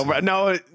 No